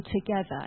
together